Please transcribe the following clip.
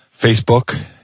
Facebook